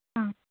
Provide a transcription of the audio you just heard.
ಹಾಂ